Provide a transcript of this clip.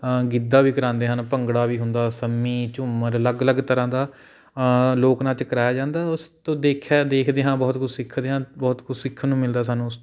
ਗਿੱਧਾ ਵੀ ਕਰਵਾਉਂਦੇ ਹਨ ਭੰਗੜਾ ਵੀ ਹੁੰਦਾ ਸੰਮੀ ਝੂੰਮਰ ਅਲੱਗ ਅਲੱਗ ਤਰ੍ਹਾਂ ਦਾ ਲੋਕ ਨਾਚ ਕਰਵਾਇਆ ਜਾਂਦਾ ਉਸ ਤੋਂ ਦੇਖਿਆ ਦੇਖਦੇ ਹਾਂ ਬਹੁਤ ਕੁਛ ਸਿੱਖਦੇ ਹਾਂ ਬਹੁਤ ਕੁਛ ਸਿੱਖਣ ਨੂੰ ਮਿਲਦਾ ਹੈ ਸਾਨੂੰ ਉਸ ਤੋਂ